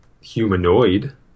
humanoid